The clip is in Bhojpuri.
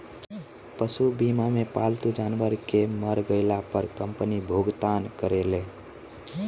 पशु बीमा मे पालतू जानवर के मर गईला पर कंपनी भुगतान करेले